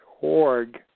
org